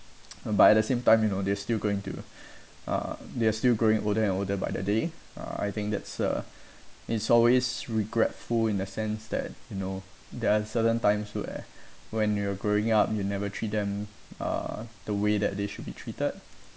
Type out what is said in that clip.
but at the same time you know they're still going to uh they are still growing older and older by the day uh I think that's uh it's always regretful in the sense that you know there are certain times where when you were growing up you never treat them uh the way that they should be treated